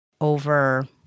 over